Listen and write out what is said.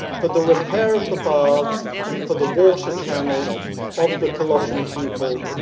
for the repair of the baths and for the water channel of the colossian people,